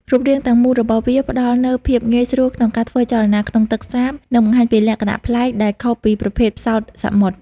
រូបរាងទាំងមូលរបស់វាផ្តល់នូវភាពងាយស្រួលក្នុងការធ្វើចលនាក្នុងទឹកសាប និងបង្ហាញពីលក្ខណៈប្លែកដែលខុសពីប្រភេទផ្សោតសមុទ្រ។